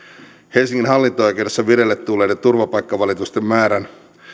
helsingin hallinto oikeudessa vireille tulleiden turvapaikkavalitusten määrän